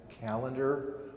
calendar